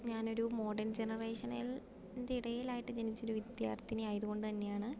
ഞാനൊരു മോഡേൺ ജനറേഷനിനിടയിലായിട്ട് ജനിച്ചൊരു വിദ്യാർത്ഥിനിയായത് കൊണ്ടുതന്നെയാണ്